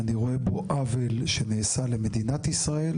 ואני רואה פה עוול שנעשה למדינת ישראל,